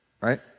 Right